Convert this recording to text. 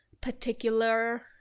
particular